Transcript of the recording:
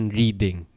reading